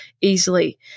easily